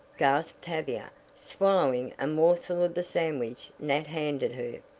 gasped tavia, swallowing a morsel of the sandwich nat handed her.